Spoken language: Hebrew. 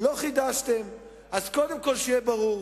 אז קודם כול, שיהיה ברור,